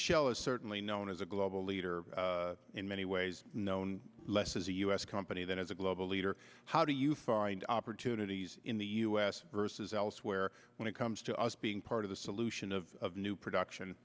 is certainly known as a global leader in many ways known less as a u s company than as a global leader how do you find opportunities in the u s versus elsewhere when it comes to us being part of the solution of new production